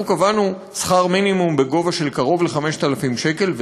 אנחנו קבענו שכר מינימום של קרוב ל-5,000 שקל,